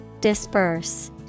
Disperse